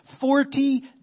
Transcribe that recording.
Forty